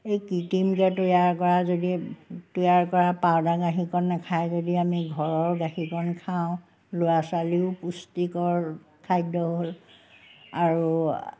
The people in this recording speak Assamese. এই কৃত্ৰিমকৈ তৈয়াৰ কৰা যদি তৈয়াৰ কৰা পাউদাৰ গাখীৰকণ নাখায় যদি আমি ঘৰৰ গাখীৰকণ খাওঁ ল'ৰা ছোৱালীও পুষ্টিকৰ খাদ্য হ'ল আৰু